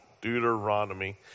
Deuteronomy